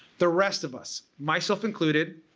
the rest of us, myself included,